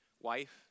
wife